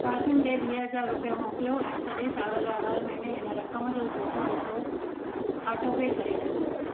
कासिम ॾे वीह हज़ार रुपिया मोकिलियो ऐं सॼे साल लाइ हर महीने इन रक़म जो चोथों हिसो ऑटोपे करे छॾियो